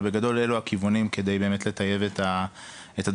אבל בגדול זה הכיוון כדי לטייב את הדברים,